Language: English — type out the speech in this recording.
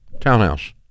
townhouse